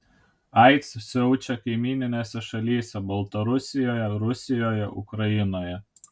aids siaučia kaimyninėse šalyse baltarusijoje rusijoje ukrainoje